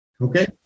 okay